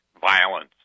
violence